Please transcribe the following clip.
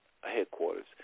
headquarters